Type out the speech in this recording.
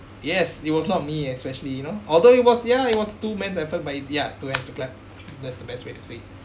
yes it was not me especially you know although it was ya it was two men's effort but it ya two hands to clap that's the best way to say it